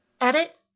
Edit